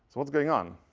what's going on?